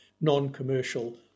non-commercial